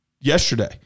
yesterday